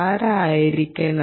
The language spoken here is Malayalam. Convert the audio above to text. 6 ആയിരിക്കണം